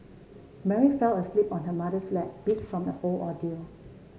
Mary fell asleep on her mother's lap beat from the whole ordeal